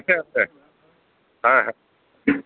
আছে আছে হয় হয়